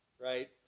Right